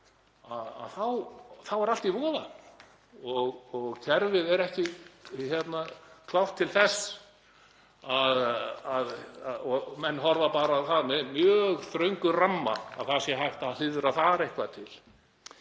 þá er allt í voða og kerfið er ekki klárt til þess og menn horfa bara á það í mjög þröngum ramma að þar sé hægt að hliðra eitthvað til.